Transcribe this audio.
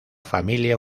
familia